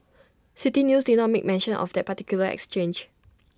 City News did not make mention of that particular exchange